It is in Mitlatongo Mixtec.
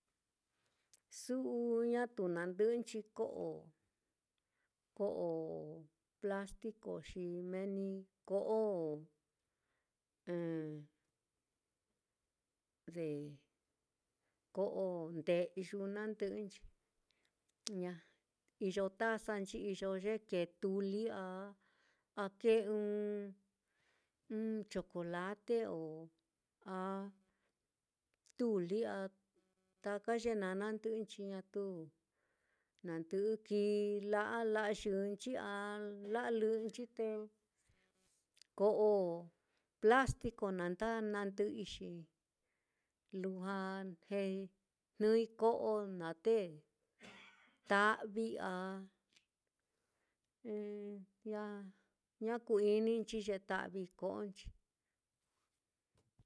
Su'u ñatu nandɨ'ɨnchi ko'o ko'o plastico, xi meni ko'o de ko'o nde'yu nandɨ'ɨnchi ña iyo tazanchi iyo ye kee tuli a a kee chocolate o a tuli a taka ye naá nandɨ'ɨnchi ñatu nandɨ'ɨ kii la'a la'ayɨnchi a la'alɨ'ɨnchi te ko'o plastico naá nda nandɨ'ɨi xi lujua jnɨi ko'o naá te ta'vii a ña ña ku-ininchi ye ta'vii ko'onchi.